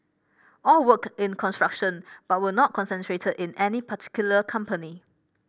all worked in construction but were not concentrated in any particular company